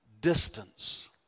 distance